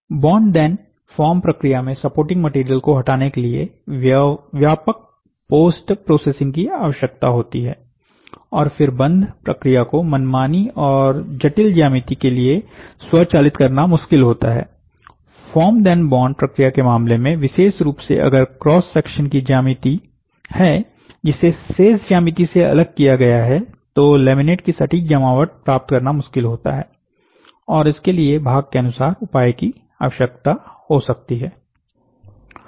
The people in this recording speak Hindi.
बॉन्ड धेन फॉर्म प्रक्रिया में सपोर्टिंग मटेरियल को हटाने के लिए व्यापक पोस्ट प्रोसेसिंग की आवश्यकता होती है और फिर बंध प्रक्रिया को मनमानी और जटिल ज्यामिती के लिए स्वचालित करना मुश्किल होता है फॉर्म धेन बॉन्ड प्रक्रिया के मामले में विशेष रूप से अगर क्रॉस सेक्शन में ज्यामिति है जिसे शेष ज्यामिति से अलग किया गया है तो लैमिनेट की सटीक जमावट प्राप्त करना मुश्किल होता है और इसके लिए भाग के अनुसार उपाय की आवश्यकता हो सकती है